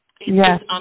yes